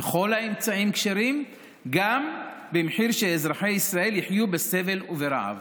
וכל האמצעים כשרים גם במחיר שאזרחי ישראל יחיו בסבל וברעב.